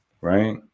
right